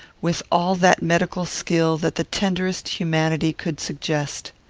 with all that medical skill, that the tenderest humanity could suggest.